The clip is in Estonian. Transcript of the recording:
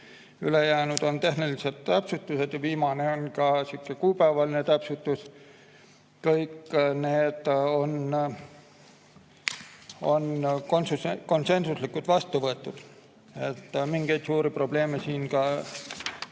ülejäänud on tehnilised täpsustused ja viimane on ka sihuke kuupäevaline täpsustus. Kõik need on konsensuslikult vastu võetud. Mingeid probleeme esinenud